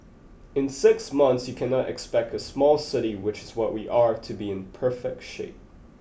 in six months you cannot expect a small city which is what we are to be in perfect shape